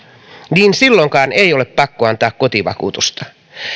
niin silloinkaan ei ole pakko antaa kotivakuutusta